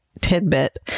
tidbit